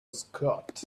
scott